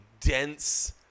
dense –